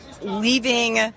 leaving